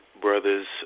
brothers